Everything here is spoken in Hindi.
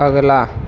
अगला